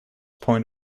point